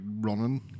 running